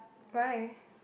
why